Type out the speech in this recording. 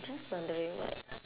just wondering what